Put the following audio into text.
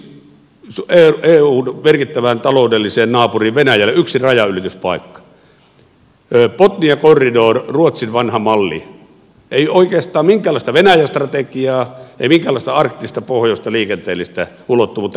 suomelle yksi rajanylityspaikka eun merkittävään taloudelliseen naapuriin venäjälle ja botnian korridori ruotsin vanha malli ei oikeastaan minkäänlaista venäjä strategiaa ei minkäänlaista arktista pohjoista liikenteellistä ulottuvuutta